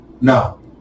No